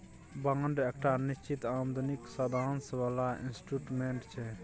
bond एकटा निश्चित आमदनीक साधंश बला इंस्ट्रूमेंट छै